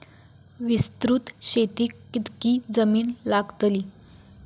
विस्तृत शेतीक कितकी जमीन लागतली?